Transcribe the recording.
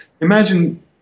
imagine